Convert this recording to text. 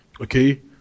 Okay